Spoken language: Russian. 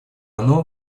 оно